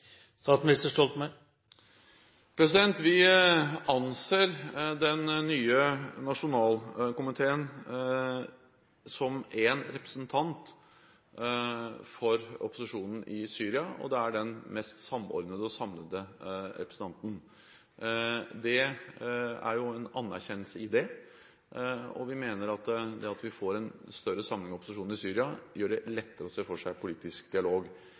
Vi anser den nye nasjonalkomiteen som én representant for opposisjonen i Syria, og det er den mest samordnede og samlede representanten. Det er jo en anerkjennelse i det. Og vi mener at det at vi får en større samlet opposisjon i Syria, gjør det lettere å se for seg en politisk dialog.